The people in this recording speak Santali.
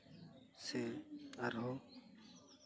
ᱥᱮ ᱟᱨᱦᱚᱸ